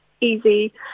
easy